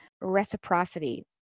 reciprocity